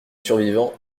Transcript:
survivant